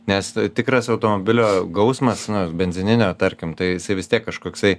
nes tikras automobilio gausmas na benzininio tarkim tai jis vis tiek kažkoksai